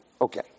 Okay